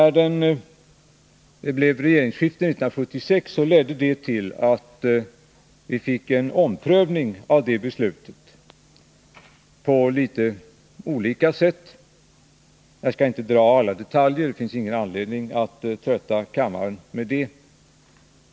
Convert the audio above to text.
Regeringsskiftet 1976 ledde till att vi, på olika sätt, fick en omprövning av detta beslut. Jag skall inte dra alla detaljer — det finns ingen anledning att trötta kammaren med det.